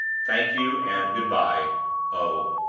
thank you, and good-by o.